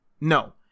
no